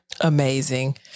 Amazing